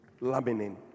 Laminin